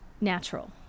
natural